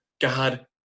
God